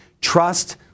Trust